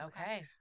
Okay